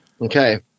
Okay